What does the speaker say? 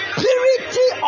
purity